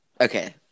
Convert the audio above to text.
Okay